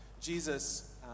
Jesus